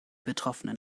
betroffenen